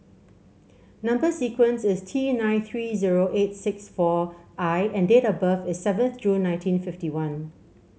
number sequence is T seven nine three zero eight six four I and date of birth is seventh June nineteen fifty one